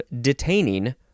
detaining